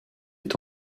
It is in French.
est